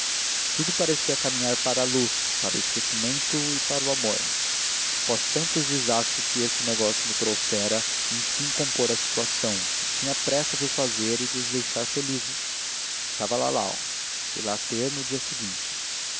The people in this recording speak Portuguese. tudo parecia caminhar para a luz para o esquecimento e para o amor após tantos desastres que este negócio me trouxera ia enfim compor a situação e tinha pressa de o fazer e de os deixar felizes restava lalau fui lá ter no dia seguinte